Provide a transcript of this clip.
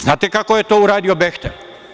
Znate kako je to uradio „Behtel“